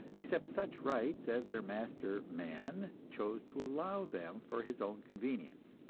except such rights as their master man chose to allow them for his own convenience.